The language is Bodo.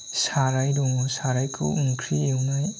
साराय दङ सारायखौ ओंख्रि एवनाय